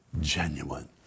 genuine